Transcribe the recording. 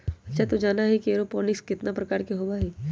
अच्छा तू जाना ही कि एरोपोनिक्स कितना प्रकार के होबा हई?